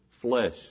flesh